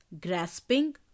grasping